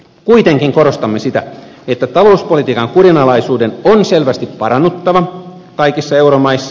kuitenkin korostamme sitä että talouspolitiikan kurinalaisuuden on selvästi parannuttava kaikissa euromaissa